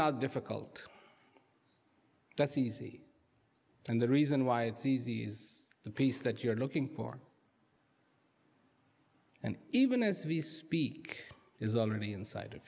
not difficult that's easy and the reason why it's easy the piece that you're looking for and even as we speak is already inside